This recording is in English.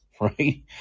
right